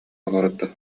олордо